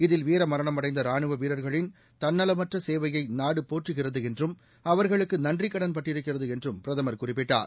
இதில் வீர மரணமடைந்த ரானுவ வீரர்களின் தன்னலமற்ற சேவையை நாடு போற்றுகிறது என்றும் அவா்களுக்கு நன்றிகடன் பட்டிருக்கிறது என்றம் பிரதமா் குறிப்பிட்டார்